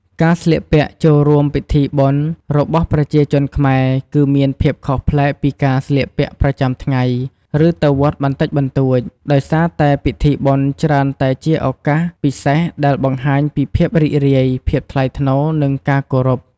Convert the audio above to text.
ការស្លៀកពាក់ចូលរួមពិធីបុណ្យរបស់ប្រជាជនខ្មែរ គឺមានភាពខុសប្លែកពីការស្លៀកពាក់ប្រចាំថ្ងៃ ឬទៅវត្តបន្តិចបន្តួច ដោយសារតែពិធីបុណ្យច្រើនតែជាឱកាសពិសេសដែលបង្ហាញពីភាពរីករាយ ភាពថ្លៃថ្នូរ និងការគោរព។